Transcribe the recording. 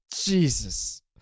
Jesus